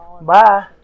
Bye